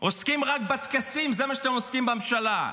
עוסקים רק בטקסים, בזה אתם עוסקים בממשלה.